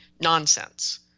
nonsense